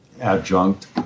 adjunct